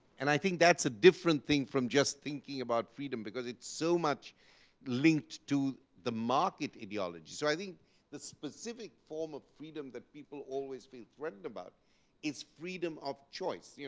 and i think that's a different thing from just thinking about freedom, because it's so much linked to the market ideologies. so i think the specific form of freedom that people always feel threatened about is freedom of choice. yeah